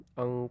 ang